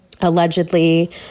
allegedly